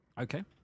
Okay